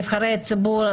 נבחרי הציבור,